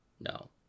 No